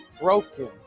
broken